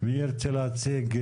מי ירצה להציג?